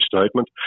statement